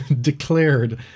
declared